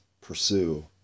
pursue